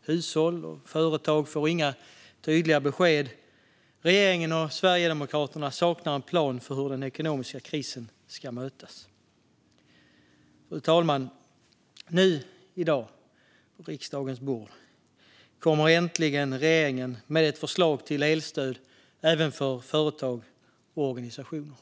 Hushåll och företag får inga tydliga besked. Regeringen och Sverigedemokraterna saknar en plan för hur den ekonomiska krisen ska mötas. Fru talman! Nu kommer regeringen äntligen till riksdagen med ett förslag till elstöd även för företag och organisationer.